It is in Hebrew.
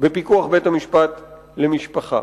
בפיקוח בית-המשפט למשפחה.